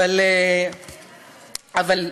סליחה,